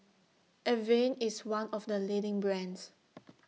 Avene IS one of The leading brands